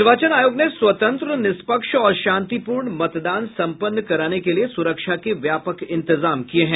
निर्वाचन आयोग ने स्वतंत्र निष्पक्ष और शांतिपूर्ण मतदान सम्पन्न कराने के लिये सुरक्षा के व्यापक इंतजाम किये हैं